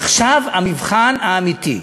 עכשיו המבחן האמיתי.